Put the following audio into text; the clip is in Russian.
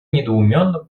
недоуменно